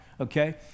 okay